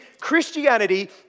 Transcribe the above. Christianity